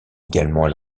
également